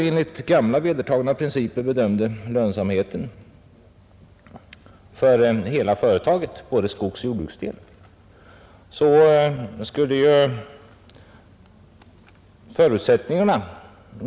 Enligt gamla vedertagna principer bedömde man lönsamheten för hela företaget, alltså för både skogsoch jordbruksdelen.